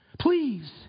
please